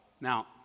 Now